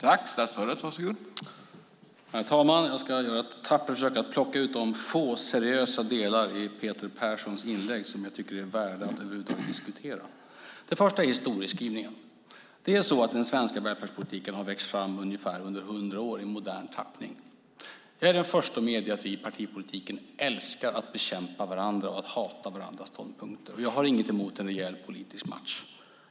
Herr talman! Jag ska göra ett tappert försök att plocka ut de få seriösa delar i Peter Perssons inlägg som jag tycker är värda att över huvud taget diskutera. Det första är historieskrivningen. Den svenska välfärdspolitiken i modern tappning har vuxit fram under ungefär 100 år. Jag är den första att medge att vi i partipolitiken älskar att bekämpa varandra och att hata varandras ståndpunkter. Jag har ingenting emot en rejäl politisk match.